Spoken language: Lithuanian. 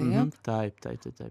mh taip taip taip taip